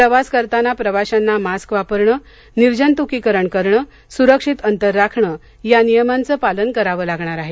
प्रवास करताना प्रवाशांना मास्क वापरणे निर्जंतुकीकरण करणे सुरक्षित अंतर राखणे या नियमांचं पालन करावं लागणार आहे